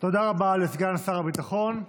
תודה רבה לסגן שר הביטחון.